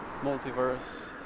multiverse